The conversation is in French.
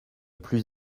plus